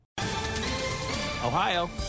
Ohio